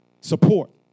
Support